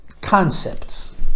concepts